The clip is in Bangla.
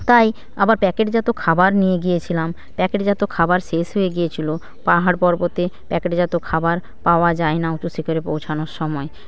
তাই আবার প্যাকেটজাত খাবার নিয়ে গিয়েছিলাম প্যাকেটজাত খাবার শেষ হয়ে গিয়েছিলো পাহাড় পর্বতে প্যাকেটজাত খাবার পাওয়া যায় না উঁচু শিখরে পৌঁছানোর সময়ে